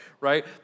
right